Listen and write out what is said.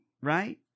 right